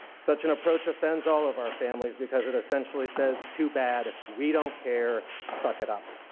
such an approach offends all of our families because it essentially says too bad, we don't care, suck it up.